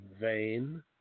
vain